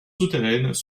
souterraines